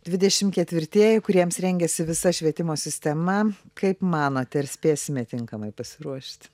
dvidešimt ketvirtieji kuriems rengiasi visa švietimo sistema kaip manote ar spėsime tinkamai pasiruošt